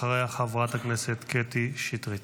אחריה, חברת הכנסת קטי שטרית.